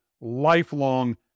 lifelong